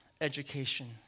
education